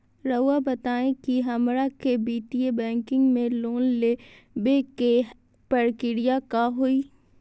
रहुआ बताएं कि हमरा के वित्तीय बैंकिंग में लोन दे बे के प्रक्रिया का होई?